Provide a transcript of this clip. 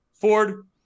Ford